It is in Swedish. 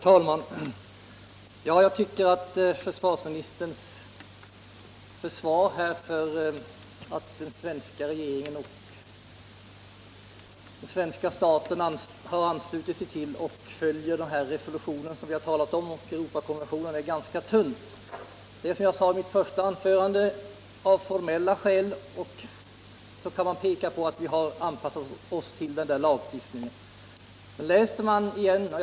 Herr talman! Jag tycker att försvarsministerns argument för att visa att svenska staten följer Europarådets konvention är ganska tunna. Han pekar på att vi har anpassat vår lagstiftning till konventionen.